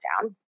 down